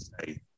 say